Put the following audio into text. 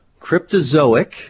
Cryptozoic